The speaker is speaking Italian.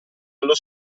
allo